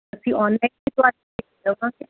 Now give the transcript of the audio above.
ਅਸੀਂ ਔਨਲਾਈਨ